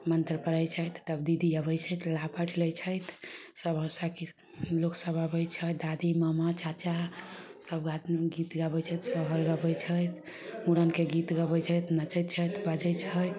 मन्त्र पढ़य छथि तब दीदी आबय छथि लाहपट लै छथि सभ सखी लोक सभ अबय छथि दादी मामा चाचा सभ गीत गाबय छथि सोहर गाबय छथि मुड़नके गीत गाबय छथि नचैत छथि बजय छथि